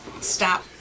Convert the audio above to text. Stop